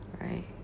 Right